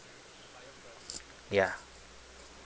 yeah